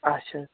اَچھا حظ